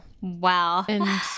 Wow